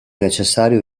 necessario